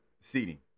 seating